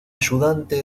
ayudante